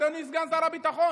אדוני סגן שר הביטחון.